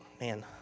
man